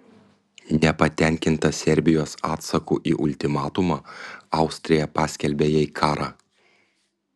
nepatenkinta serbijos atsaku į ultimatumą austrija paskelbė jai karą